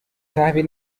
تحویل